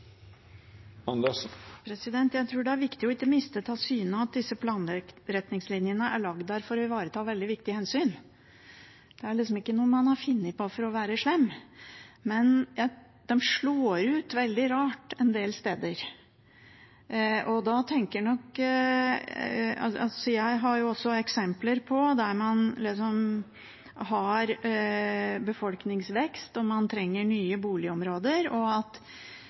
Jeg tror det er viktig å ikke miste av syne at disse planretningslinjene er laget for å ivareta veldig viktige hensyn. Det er liksom ikke noe man har funnet på for å være slem. Men de slår ut veldig rart en del steder, og jeg har også eksempler på at der man har befolkningsvekst og man trenger nye boligområder og